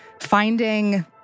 finding